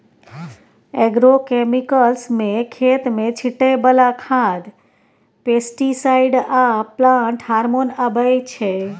agrochemicals मे खेत मे छीटय बला खाद, पेस्टीसाइड आ प्लांट हार्मोन अबै छै